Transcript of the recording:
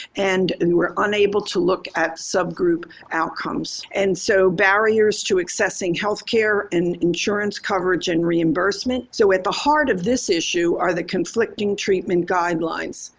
and and we were unable to look at subgroup outcomes. and so, barriers to accessing healthcare and insurance coverage and reimbursement, so at the heart of this issue are the conflicting treatment guidelines,